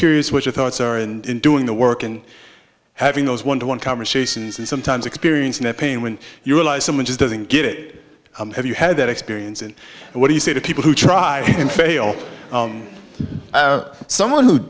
curious what your thoughts are and doing the work and having those one to one conversations and sometimes experiencing the pain when you realize someone just doesn't get it have you had that experience and what do you say to people who try and fail someone who